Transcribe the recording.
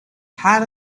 had